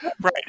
right